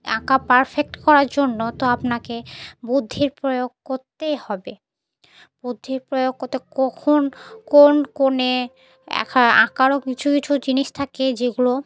আঁকা পারফেক্ট করার জন্য তো আপনাকে বুদ্ধির প্রয়োগ করতেই হবে বুদ্ধির প্রয়োগ করতে কখন কোন কোণ একা আঁকারও কিছু কিছু জিনিস থাকে যেগুলো